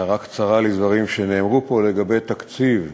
הערה קצרה לדברים שנאמרו פה לגבי התקציב.